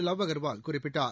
லாவ் அகர்வால் குறிப்பிட்டார்